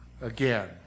again